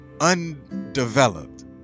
undeveloped